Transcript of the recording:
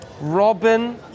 Robin